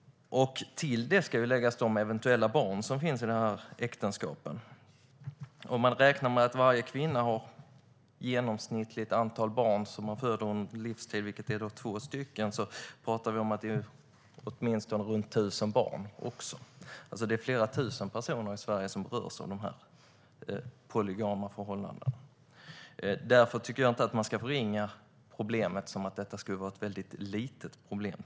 Till detta ska läggas de eventuella barn som finns i äktenskapen. Om man räknar med att varje kvinna har genomsnittligt antal födda barn under livstiden, vilket är två stycken, pratar vi om åtminstone 1 000 barn. Det är alltså flera tusen personer i Sverige som berörs av dessa polygama förhållanden. Jag tycker därför inte att man ska förringa och säga att detta är ett litet problem.